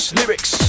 lyrics